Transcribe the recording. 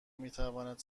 میتواند